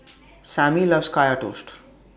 Sammy loves Kaya Toast